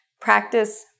Practice